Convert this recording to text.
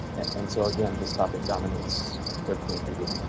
and so again, this topic dominates everything that we do.